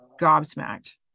gobsmacked